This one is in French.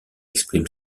exprime